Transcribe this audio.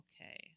okay